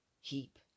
heap